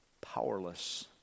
powerless